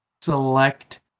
select